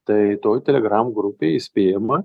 tai toj telegram grupėj įspėjama